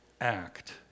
act